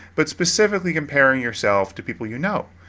but specifically comparing yourself to people you know,